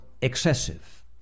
excessive